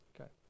Okay